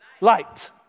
light